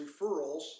referrals